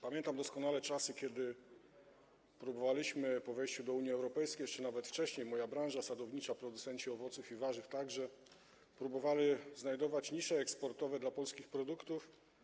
Pamiętam doskonale czasy, kiedy próbowaliśmy po wejściu do Unii Europejskiej, jeszcze nawet wcześniej - moja branża, branża sadownicza, producenci owoców i warzyw także próbowali -znajdować nisze eksportowe dla polskich produktów.